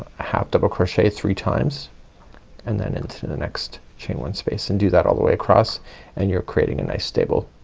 half double crochet three times and then into the next chain one space and do that all the way across and you're creating a nice stable